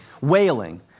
Wailing